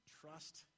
trust